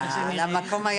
כמה דברים,